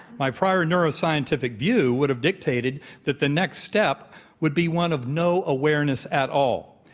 my prior neuroscientific view would've dictated that the next step would be one of no awareness at all.